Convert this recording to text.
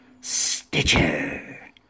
Stitcher